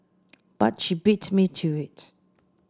but she beat me to it